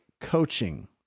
coaching